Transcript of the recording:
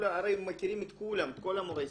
הרי הם מכירים את כל מורי הספורט,